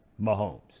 Mahomes